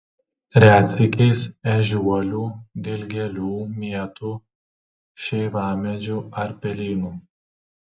retsykiais ežiuolių dilgėlių mėtų šeivamedžių ar pelynų